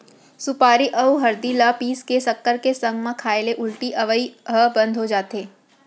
सुपारी अउ हरदी ल पीस के सक्कर के संग म खाए ले उल्टी अवई ह बंद हो जाथे